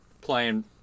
playing